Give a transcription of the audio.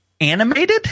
animated